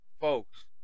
Folks